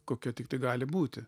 kokia tiktai gali būti